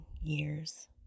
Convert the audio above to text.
years